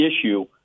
issue